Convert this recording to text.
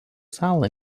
salą